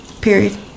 Period